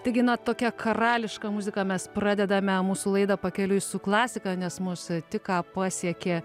taigi na tokia karališka muzika mes pradedame mūsų laidą pakeliui su klasika nes mus tik ką pasiekė